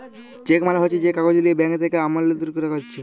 check মালে হচ্যে যে কাগজ লিয়ে ব্যাঙ্ক থেক্যে আমালতকারীরা টাকা লিছে